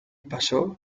pasó